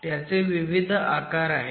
त्याचे विविध आकार आहेत